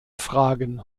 fragen